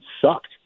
sucked